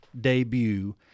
debut